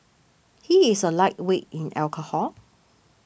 he is a lightweight in alcohol